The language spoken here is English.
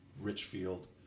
Richfield